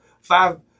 Five